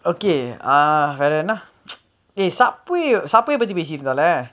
okay ah வேற என்ன:vera enna eh Subway Subway பத்தி பேசிட்டு இருந்தோல:pathi pesittu irunthola